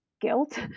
guilt